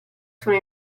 sono